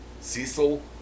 Cecil